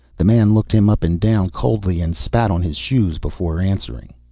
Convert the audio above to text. the man looked him up and down coldly and spat on his shoes before answering.